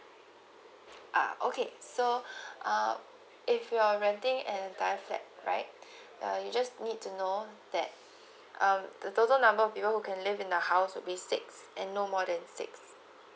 uh okay so uh if you're renting an entire flat right uh you just need to know that um the total number of people who can live in the house will be six and no more than six